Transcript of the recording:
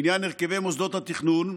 לעניין הרכבי מוסדות התכנון,